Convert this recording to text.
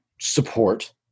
support